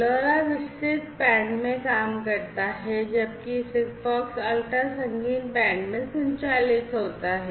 LoRa विस्तृत band में काम करता है जबकि SIGFOX अल्ट्रा संकीर्ण बैंड में संचालित होता है